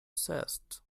zest